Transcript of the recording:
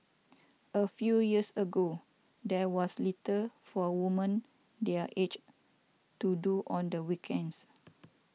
a few years ago there was little for woman their age to do on the weekends